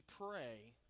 pray